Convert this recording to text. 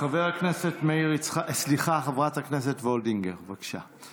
חברת הכנסת וולדיגר, בבקשה.